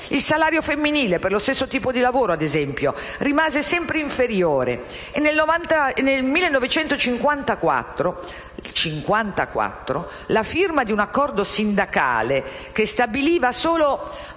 Il salario femminile per lo stesso tipo di lavoro, ad esempio, rimase sempre inferiore e nel 1954 la firma di un accordo sindacale che stabiliva solo